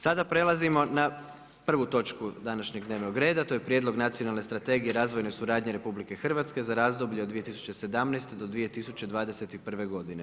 Sada prelazimo na 1. točku današnjeg dnevnog reda: - Prijedlog nacionalne Strategije razvojne suradnje RH za razdoblje od 2017. do 2021. godine.